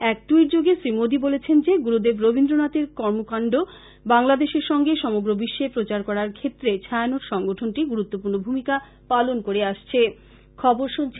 এক ট্যইটযোগে শ্রী মোদী বলেছেন যে গুরুদেব রবীন্দ্রনাথের কর্মরাজি বাংলাদেশের সঙ্গে সমগ্র বিশ্বে প্রচার করার ক্ষেত্রে ছায়ানট সংগঠনটি গুরুত্বপূর্ণ ভূমিকা পালন করে আসছে